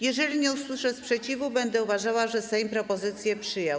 Jeżeli nie usłyszę sprzeciwu, będę uważała, że Sejm propozycję przyjął.